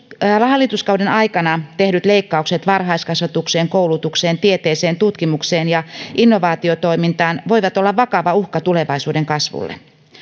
hallituskauden aikana tehdyt leikkaukset varhaiskasvatukseen koulutukseen tieteeseen tutkimukseen ja innovaatiotoimintaan voivat olla vakava uhka tulevaisuuden kasvulle